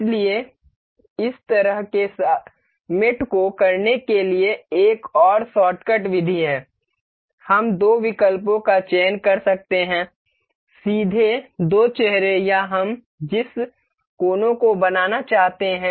इसलिए इस तरह के साथी को करने के लिए एक और शॉर्टकट विधि है हम दो विकल्पों का चयन कर सकते हैं सीधे दो चेहरों या हम जिस कोने को बनाना चाहते हैं